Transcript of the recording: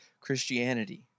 Christianity